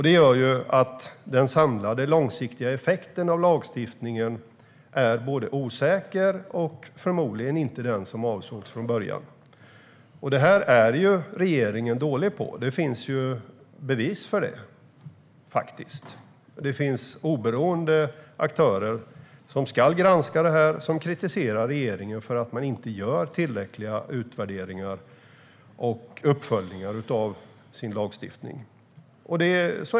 Det leder till att den samlade långsiktiga effekten av lagstiftningen blir osäker och förmodligen inte den som avsågs från början. Regeringen är dålig på det här. Det finns bevis för det. Oberoende aktörer, som ska granska det här, kritiserar regeringen för att den inte gör tillräckliga utvärderingar och uppföljningar av sin lagstiftning.